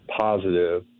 positive